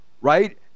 right